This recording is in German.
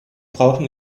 brauchen